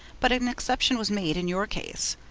but an exception was made in your case.